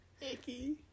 Icky